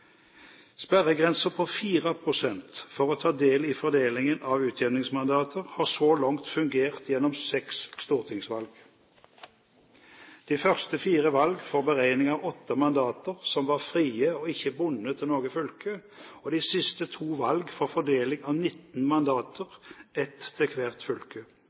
sperregrense på 4 pst. for å ta del i fordelingen av utjevningsmandater har så langt fungert gjennom seks stortingsvalg – de første fire valg for beregning av åtte mandater, som var frie og ikke bundet til noe fylke, og de siste to valg for fordeling av 19 mandater, ett til hvert fylke.